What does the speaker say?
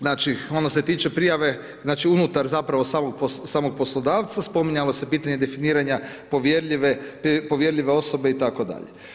Znači ono se tiče prijave znači unutar zapravo samog poslodavca, spominjalo se pitanje definiranja povjerljive osobe itd.